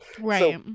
right